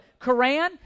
Quran